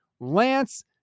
Lance